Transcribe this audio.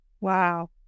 Wow